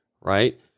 Right